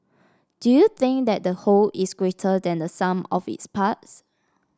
do you think that the whole is greater than the sum of its parts